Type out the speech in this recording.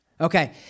Okay